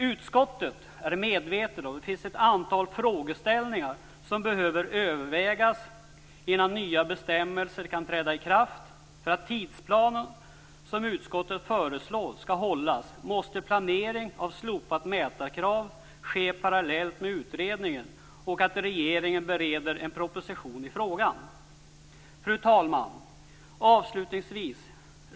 Utskottet är medvetet om att det finns ett antal frågeställningar som behöver övervägas innan nya bestämmelser kan träda i kraft. För att den tidsplan som utskottet föreslår skall hållas måste planering av slopat mätarkrav ske parallellt med utredningen och med att regeringen bereder en proposition i frågan. Avslutningsvis, fru talman!